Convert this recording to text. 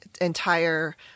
entire